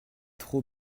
trop